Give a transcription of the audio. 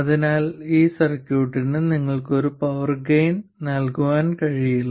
അതിനാൽ ഈ സർക്യൂട്ടിന് നിങ്ങൾക്ക് ഒരു പവർ ഗൈൻ നൽകാൻ കഴിയില്ല